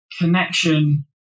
connection